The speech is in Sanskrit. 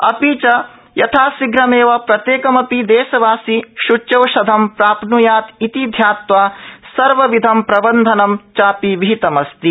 अप्रि च यथाशीघ्रमेव प्रत्येकम देशवासी सूच्यौषधं प्राप्न्यात् इति ध्यात्वा सर्वविधं प्रबन्धनं चापि विहितम् अस्ति